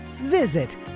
Visit